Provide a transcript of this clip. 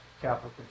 capital